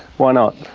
why not?